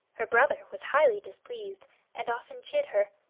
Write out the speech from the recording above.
her brother was highly displeased and often chid her,